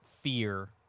fear